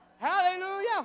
hallelujah